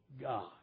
God